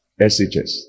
SHS